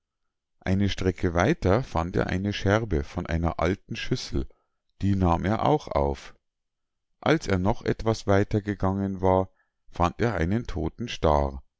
eine strecke weiter fand er eine scherbe von einer alten schüssel die nahm er auch auf als er noch etwas weiter gegangen war fand er einen todten staar